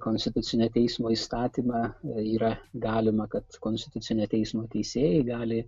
konstitucinio teismo įstatymą yra galima kad konstitucinio teismo teisėjai gali